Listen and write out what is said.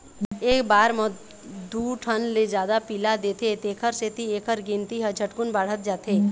एक बार म दू ठन ले जादा पिला देथे तेखर सेती एखर गिनती ह झटकुन बाढ़त जाथे